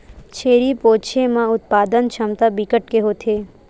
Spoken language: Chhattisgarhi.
छेरी पोछे म उत्पादन छमता बिकट के होथे